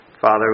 Father